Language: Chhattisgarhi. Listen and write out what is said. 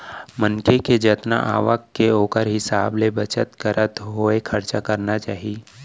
मनखे के जतना आवक के ओखर हिसाब ले बचत करत होय खरचा करना चाही